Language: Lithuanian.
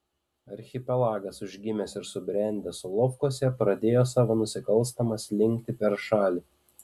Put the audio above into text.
archipelagas užgimęs ir subrendęs solovkuose pradėjo savo nusikalstamą slinktį per šalį